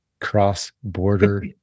cross-border